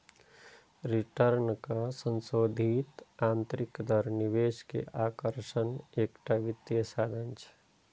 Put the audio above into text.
रिटर्नक संशोधित आंतरिक दर निवेश के आकर्षणक एकटा वित्तीय साधन छियै